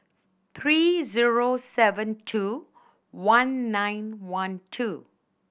three zero seven two one nine one two